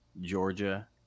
Georgia